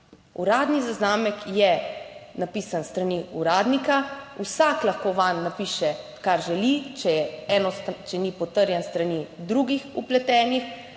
Uradni zaznamek je napisan s strani uradnika. Vsak lahko vanj napiše kar želi, če je eno, če ni potrjen s strani drugih vpletenih